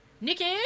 Nikki